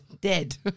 dead